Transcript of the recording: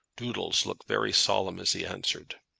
doodles looked very solemn as he answered.